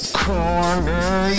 corner